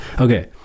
Okay